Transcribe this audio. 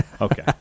Okay